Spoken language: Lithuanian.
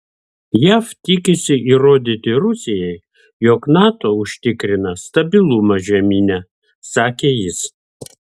jav tikisi įrodyti rusijai jog nato užtikrina stabilumą žemyne sakė jis